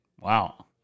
Wow